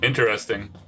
interesting